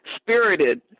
spirited